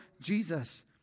Jesus